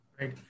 Right